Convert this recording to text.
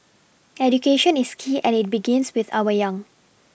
education is key and it begins with our young